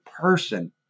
person